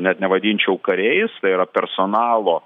net nevadinčiau kariais tai yra personalo